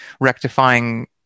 rectifying